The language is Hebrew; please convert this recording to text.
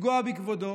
לפגוע בכבודו.